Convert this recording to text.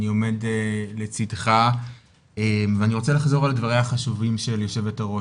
אני עומד לצידך ואני רוצה לחזור על הדברים החשובים של יושבת הראש,